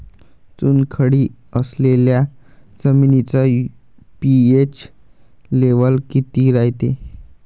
चुनखडी असलेल्या जमिनीचा पी.एच लेव्हल किती रायते?